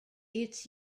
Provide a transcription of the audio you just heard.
its